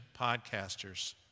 podcasters